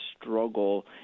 struggle